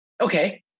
okay